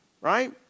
right